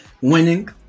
Winning